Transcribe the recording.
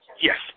Yes